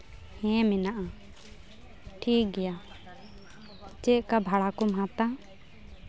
ᱦᱮᱸ ᱢᱮᱱᱟᱜᱼᱟ ᱴᱷᱤᱠ ᱜᱮᱭᱟ ᱪᱮᱫᱠᱟ ᱵᱷᱟᱲᱟ ᱠᱚᱢ ᱦᱟᱛᱟᱣᱟᱼᱟ